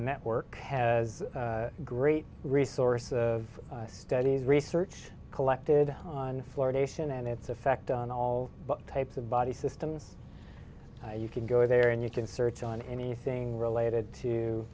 network has a great resource of studies research collected on fluoridation and its effect on all types of body systems you can go there and you can search on anything related